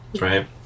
right